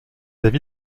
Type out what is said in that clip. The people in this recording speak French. avis